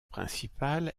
principal